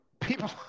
people